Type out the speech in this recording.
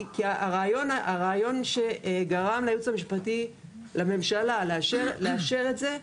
כי הרעיון שגרם ליעוץ המשפטי לממשלה לאשר את זה,